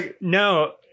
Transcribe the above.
No